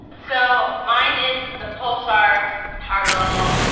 so, mine is the pulsar powerball.